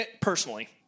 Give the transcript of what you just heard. personally